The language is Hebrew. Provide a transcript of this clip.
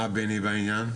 מה בני בעניין?